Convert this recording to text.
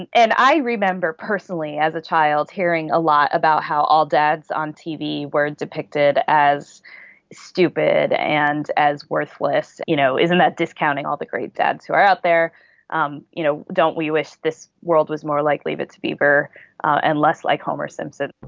and and i remember personally as a child hearing a lot about how all dads on tv were depicted as stupid and as worthless you know isn't that discounting all the great dads who are out there um you know don't we wish this world was more like leave it to beaver and less like homer simpson